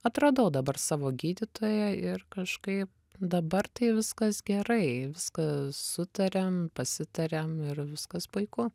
atradau dabar savo gydytoją ir kažkaip dabar tai viskas gerai viskas sutariam pasitariam ir viskas puiku